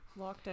lockdown